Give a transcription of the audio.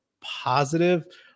positive